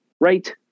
right